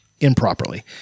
improperly